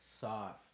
soft